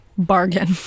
bargain